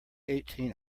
eigtheen